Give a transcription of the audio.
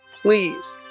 please